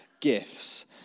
gifts